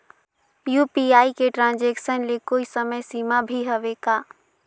UPI के transaction ले कोई समय सीमा भी हवे का?